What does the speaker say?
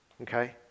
okay